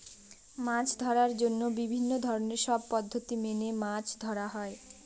মাছ ধরার জন্য বিভিন্ন ধরনের সব পদ্ধতি মেনে মাছ ধরা হয়